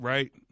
Right